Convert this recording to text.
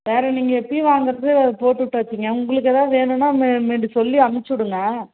வேறு நீங்கள் எப்போயும் வாங்குறது போட்டுவிட்டாச்சிங்க உங்களுக்கு எதாவது வேணுனா மீ மீண்டும் சொல்லி அனுப்பிச்சுவிடுங்க